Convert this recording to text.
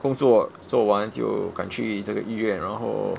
工作做完就赶去这个医院然后